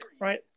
right